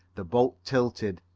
the boat tilted.